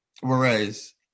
whereas